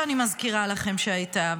שאני מזכירה לכם שהייתה,